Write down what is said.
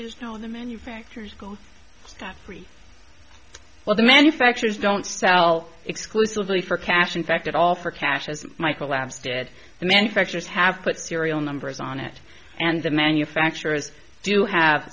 is no the manufactures go free well the manufacturers don't sell exclusively for cash in fact at all for cash as michael lab said the manufacturers have put serial numbers on it and the manufacturers do have